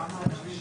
כשאנחנו יוצאים